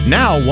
now